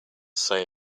say